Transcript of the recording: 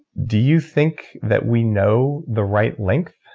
do you think that we know the right length?